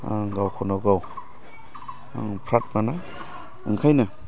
आं गावखौनो गाव आङो फ्राथ मोना ओंखायनो